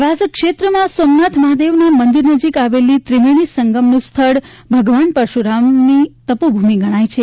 પ્રભાસક્ષેત્રમાં સોમનાથ મહાદેવના મંદિર નજીક આવેલી ત્રિવેણી સંગમનું સ્થળ ભગવાન પરશુરામની તપોભૂમિ ગણાય છે